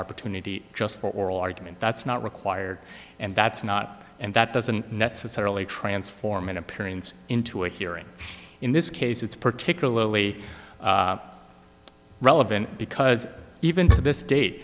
opportunity just for oral argument that's not required and that's not and that doesn't necessarily transform an appearance into a hearing in this case it's particularly relevant because even to this day